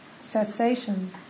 cessation